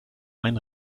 ein